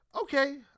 okay